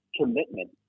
commitment